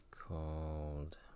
called